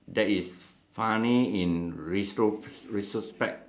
that is funny in retro retrospect